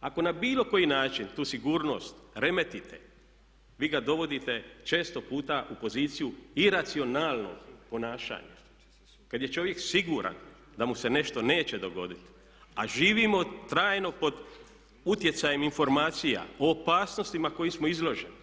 Ako na bilo koji način tu sigurnost remetite, vi ga dovodite često puta u poziciju iracionalnog ponašanja kada je čovjek siguran da mu se nešto neće dogoditi a živimo trajno pod utjecajem informacija, o opasnostima kojima smo izloženi,